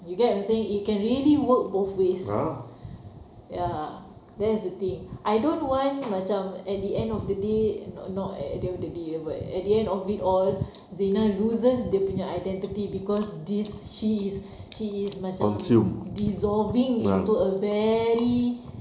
you get what I'm saying it can really work both ways ya that's the thing I don't want macam at the end of the day not not at the end of the day but at the end of it all zina loses dia punya identity because this she is she is macam dissolving into a very